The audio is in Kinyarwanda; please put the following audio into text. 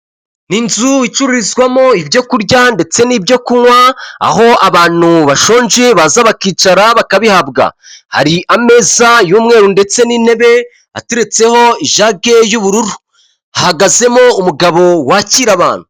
Ni inzu icururizwamo ibyo kurya ndetse n'ibyo kunywa, aho abantu bashonje baza bakicara bakabihabwa. Hari ameza y'umweru ndetse n'intebe, ateretseho ijage y'ubururu. Hahagazemo umugabo wakira abantu.